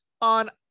on